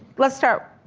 let's start.